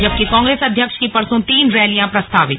जबकि कांग्रेस अध्यक्ष की परसों तीन रैलियां प्रस्तावित